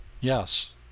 yes